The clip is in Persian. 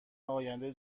آینده